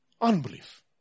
Unbelief